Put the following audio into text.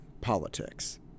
politics